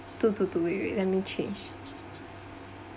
do do do wait wait let me change